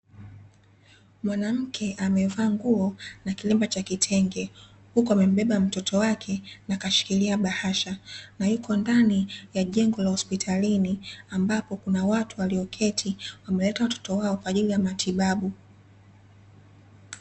Mwanamke amevaa nguo na kilemba cha kitenge huku amembeba mtoto wake na kashikilia bahasha na yuko ndani ya jengo la hospitalini ambapo kuna watu walioketi wameleta watoto wao kwa ajili ya matibabu.